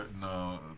no